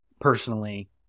personally